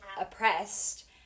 oppressed